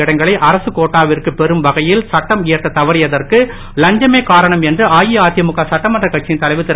இடங்களை அரசுக் கோட்டாவிற்கு பெறும் வகையில் சட்டம் இயற்ற தவறியதற்கு லஞ்சமே காரணம் என்று அஇஅதிமுக சட்டமன்ற கட்சியின் தலைவர் திரு